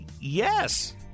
yes